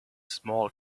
small